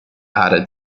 added